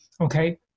Okay